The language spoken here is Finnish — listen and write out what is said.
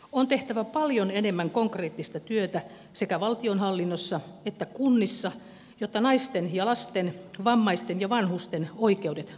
on tehtävä paljon enemmän konkreettista työtä sekä valtionhallinnossa että kunnissa jotta naisten ja lasten vammaisten ja vanhusten oikeudet toteutuisivat